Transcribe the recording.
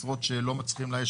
משרות שלא מצליחים לאייש.